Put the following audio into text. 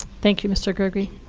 thank you, mr. gregory.